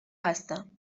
هستم